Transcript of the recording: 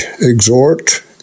exhort